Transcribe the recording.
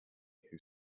who